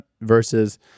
versus